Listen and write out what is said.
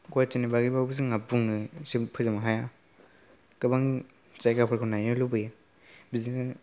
गुवाहाटीनि बागैबाबो जोंहा बुंनो जों फोजोबनो हाया गोबां जायगाफोरखौ नायनो लुबैयो बिदिनो